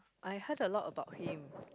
I heard a lot about him